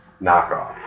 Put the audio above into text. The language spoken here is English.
knockoff